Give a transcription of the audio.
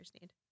need